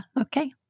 okay